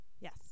Yes